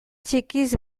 txikiz